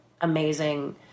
amazing